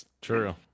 true